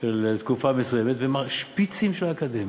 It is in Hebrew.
של תקופה מסוימת, והם השפיצים של האקדמיה.